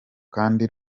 kandi